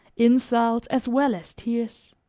insults, as well as tears.